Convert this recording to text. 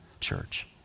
church